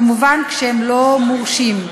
כמובן כשהם לא מורשים.